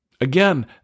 Again